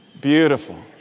Beautiful